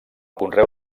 conreu